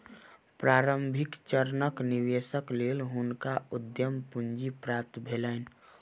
प्रारंभिक चरणक निवेशक लेल हुनका उद्यम पूंजी प्राप्त भेलैन